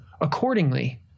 Accordingly